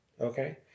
okay